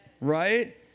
Right